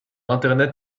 internet